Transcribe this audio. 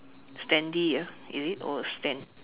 standee ah is it or a stand